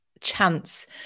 chance